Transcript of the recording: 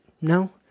No